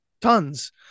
tons